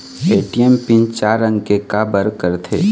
ATM PIN चार अंक के का बर करथे?